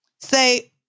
Say